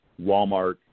Walmart